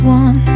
one